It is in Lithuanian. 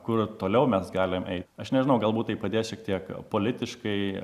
kur toliau mes galim eit aš nežinau galbūt tai padės šiek tiek politiškai